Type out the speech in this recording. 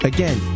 Again